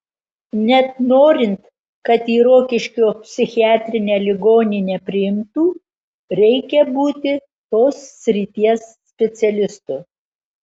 net norint kad į rokiškio psichiatrinę ligoninę priimtų reikia būti tos srities specialistu